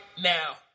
now